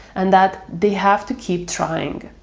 and that they have to keep trying.